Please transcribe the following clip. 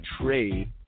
trade